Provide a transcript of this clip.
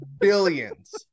billions